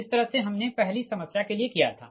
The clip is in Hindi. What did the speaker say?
जिस तरह से हमने पहली समस्या के लिए किया था